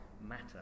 matter